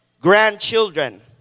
grandchildren